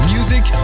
Music